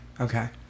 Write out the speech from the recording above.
okay